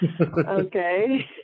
Okay